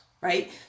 right